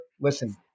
Listen